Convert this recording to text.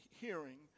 hearing